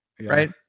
right